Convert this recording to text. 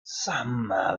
some